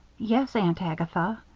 yes, aunt agatha,